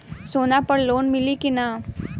सोना पर लोन मिली की ना?